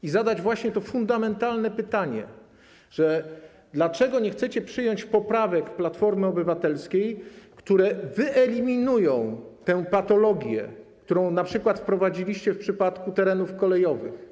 Chcę zadać fundamentalne pytanie: Dlaczego nie chcecie przyjąć poprawek Platformy Obywatelskiej, które wyeliminują tę patologię, którą np. wprowadziliście w przypadku terenów kolejowych?